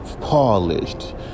polished